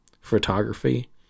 photography